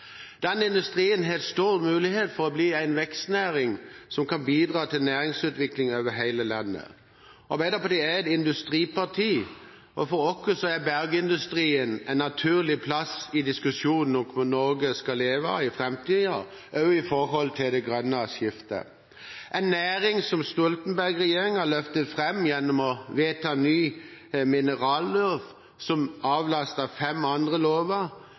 Denne industrien har stor mulighet for å bli en vekstnæring som kan bidra til næringsutvikling over hele landet. Arbeiderpartiet er et industriparti, og for oss har bergindustrien en naturlig plass i diskusjonen om hva Norge skal leve av i framtiden, også i forhold til det grønne skiftet. Dette er en næring som Stoltenberg-regjeringen løftet fram ved å vedta en ny minerallov, som avlastet fem andre lover,